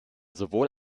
sowohl